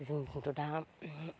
जोंनिखैथ' दा